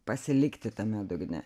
pasilikti tame dugne